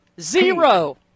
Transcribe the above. Zero